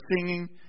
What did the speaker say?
singing